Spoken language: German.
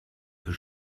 für